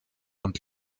und